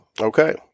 Okay